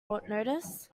notice